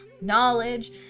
knowledge